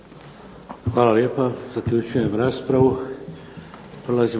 Hvala lijepa. Zaključujem raspravu.